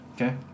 Okay